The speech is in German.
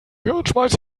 hirnschmalz